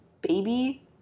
baby